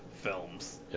films